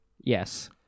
Yes